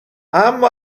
اما